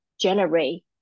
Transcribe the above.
generate